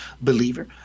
believer